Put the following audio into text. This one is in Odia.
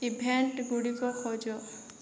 ଇଭେଣ୍ଟ ଗୁଡ଼ିକ ଖୋଜ